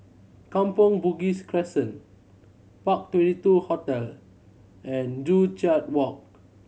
Kampong Bugis Crescent Park Twenty two Hotel and Joo Chiat Walk